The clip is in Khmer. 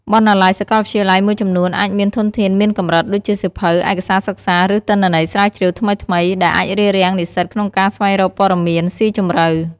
បណ្ណាល័យសាកលវិទ្យាល័យមួយចំនួនអាចមានធនធានមានកម្រិត ដូចជាសៀវភៅ ឯកសារសិក្សា ឬទិន្នន័យស្រាវជ្រាវថ្មីៗ ដែលអាចរារាំងនិស្សិតក្នុងការស្វែងរកព័ត៌មានស៊ីជម្រៅ។